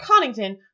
Connington